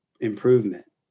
improvement